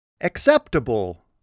acceptable